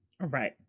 Right